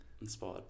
inspired